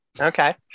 Okay